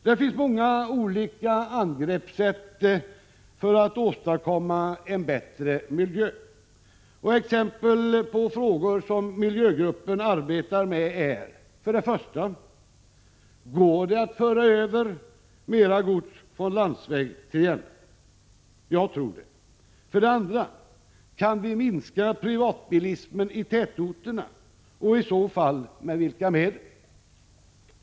Det finns många olika angreppssätt för att åstadkomma en bättre miljö. Exempel på frågor som miljögruppen arbetar med är: 1. Går det att föra över mera gods från landsväg till järnväg? Jag tror det. 2. Kan vi minska privatbilismen i tätorterna och i så fall med vilka medel?